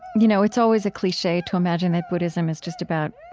you know, it's always a cliche to imagine that buddhism is just about,